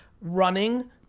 running